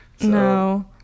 No